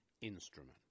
instrument